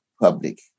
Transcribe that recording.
public